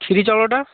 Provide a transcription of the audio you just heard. କ୍ଷୀରି ଚାଉଳଟା